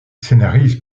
scénarise